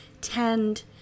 Tend